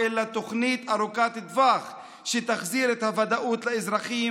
אלא תוכנית ארוכת טווח שתחזיר את הוודאות לאזרחים